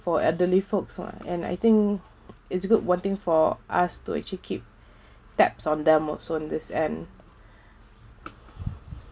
for elderly folks [one] and I think it's good ome thing for us to actually keep tabs on them also in this end